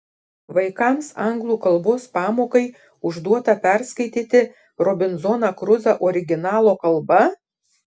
vaikams anglų kalbos pamokai užduota perskaityti robinzoną kruzą originalo kalba